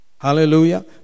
Hallelujah